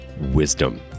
wisdom